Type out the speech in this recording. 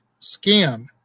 scam